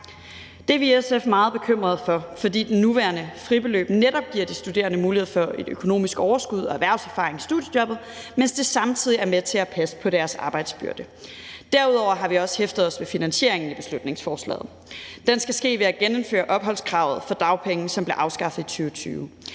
Det er vi i SF meget bekymret for, for det nuværende fribeløb giver netop de studerende mulighed for at få et økonomisk overskud og erhvervserfaring via studiejobbet, mens det samtidig er med til at passe på deres arbejdsbyrde. Derudover har vi også hæftet os ved finansieringen af beslutningsforslaget. Den skal ske ved at genindføre opholdskravet ved dagpenge, som blev afskaffet i 2020.